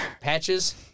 Patches